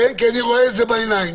כי אני רואה את זה בעיניים.